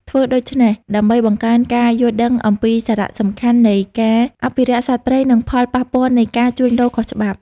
ធ្វើដូច្នេះ ដើម្បីបង្កើនការយល់ដឹងអំពីសារៈសំខាន់នៃការអភិរក្សសត្វព្រៃ និងផលប៉ះពាល់នៃការជួញដូរខុសច្បាប់។